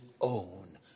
own